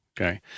Okay